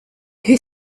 who